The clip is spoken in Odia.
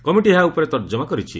କମିଟି ଏହା ଉପରେ ତର୍ଜମା କରିଛି